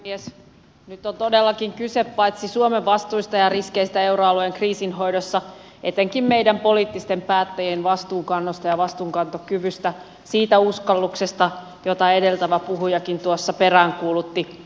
nyt on todellakin kyse paitsi suomen vastuista ja riskeistä euroalueen kriisin hoidossa etenkin meidän poliittisten päättäjien vastuunkannosta ja vastuunkantokyvystä siitä uskalluksesta jota edeltävä puhujakin tuossa peräänkuulutti